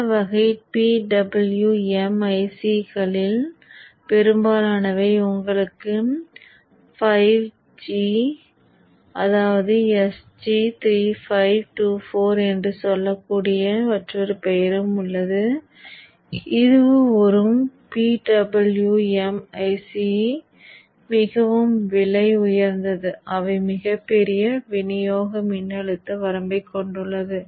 இந்த வகை PWM IC களில் பெரும்பாலானவை உங்களுக்கு SG 3524 என்று சொல்லக்கூடிய மற்றொரு பெயரும் உள்ளது இதுவும் ஒரு PWM IC மிகவும் விலை உயர்ந்தது அவை மிகப் பெரிய விநியோக மின்னழுத்த வரம்பைக் கொண்டுள்ளது